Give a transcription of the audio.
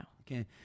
Okay